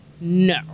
No